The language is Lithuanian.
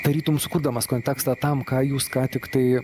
tarytum sukurdamas kontekstą tam ką jūs ką tiktai